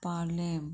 पालेंम